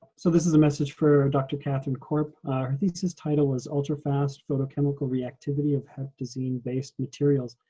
so this is a message for dr. kathryn corp. her thesis title was ultrafast photochemical reactivity of heptazine-based materials.